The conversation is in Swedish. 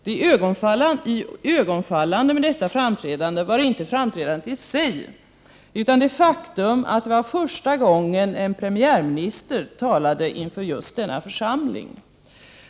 Det iögonenfallande med detta framträdande var inte framträdandet i sig, utan det faktum att det var första gången en premiärminister talade inför just denna församling.